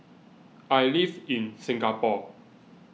I live in Singapore